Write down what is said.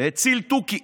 הציל תוכי.